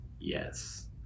yes